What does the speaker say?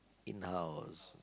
in house